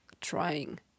trying